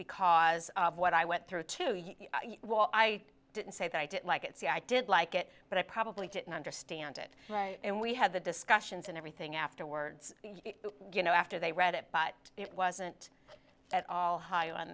because of what i went through to you well i didn't say that i didn't like it see i did like it but i probably didn't understand it and we had the discussions and everything afterwards you know after they read it but it wasn't at all